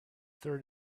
third